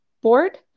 board